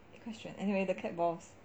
equestrian anyway the cat balls